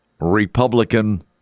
Republican